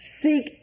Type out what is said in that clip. seek